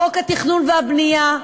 חוק התכנון והבנייה,